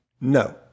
No